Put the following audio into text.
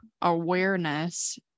awareness